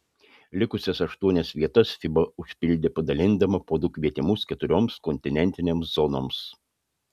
likusias aštuonias vietas fiba užpildė padalindama po du kvietimus keturioms kontinentinėms zonoms